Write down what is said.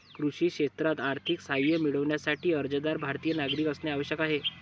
कृषी क्षेत्रात आर्थिक सहाय्य मिळविण्यासाठी, अर्जदार भारतीय नागरिक असणे आवश्यक आहे